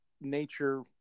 nature